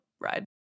ride